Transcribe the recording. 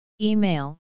Email